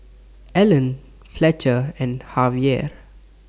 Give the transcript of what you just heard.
Alan Fletcher and